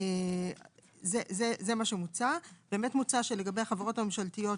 מוצע שלגבי החברות הממשלתיות,